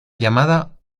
llamado